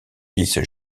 fils